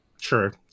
sure